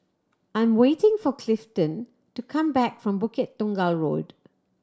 I'm waiting for Clifton to come back from Bukit Tunggal Road